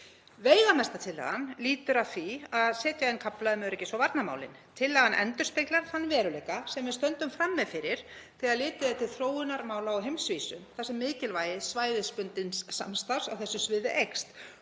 Veigamesta tillagan lýtur að því að setja inn kafla um öryggis- og varnarmálin. Tillagan endurspeglar þann veruleika sem við stöndum frammi fyrir þegar litið er til þróunarmála á heimsvísu þar sem mikilvægi svæðisbundins samstarfs á þessu sviði eykst